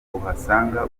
uhasanga